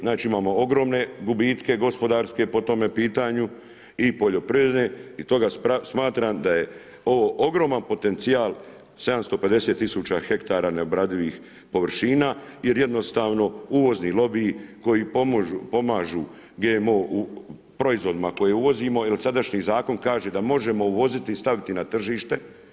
Znači imamo ogromne gubitke gospodarske po tome pitanju i poljoprivredne i stoga smatram da je ovo ogroman potencijal 750000 hektara neobradivih površina, jer jednostavno uvodni lobiji koji pomažu GMO u proizvodima koje uvozimo, jer sadašnji zakon kaže da možemo uvoziti i staviti na tržište.